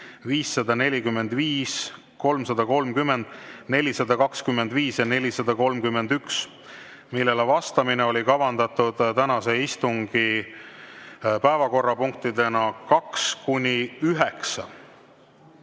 545, 330, 425 ja 431, millele vastamine oli kavandatud tänase istungi päevakorrapunktidena 2–9.Enne